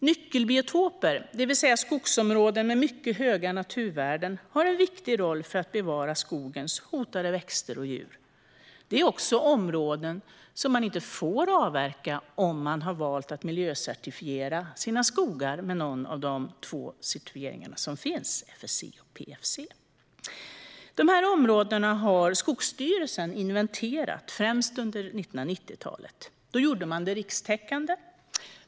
Nyckelbiotoper, det vill säga skogsområden med mycket höga naturvärden, har en viktig roll för att bevara skogens hotade växter och djur. Det är områden som man inte får avverka om man har valt att miljöcertifiera sina skogar med någon av de två certifieringar som finns, FSC och PEFC. De här områdena har Skogsstyrelsen inventerat, främst under 1990-talet. Då gjorde man det rikstäckande.